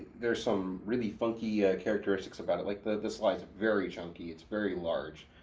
there's some really funky characteristics about it, like the slide's very chunky, it's very large.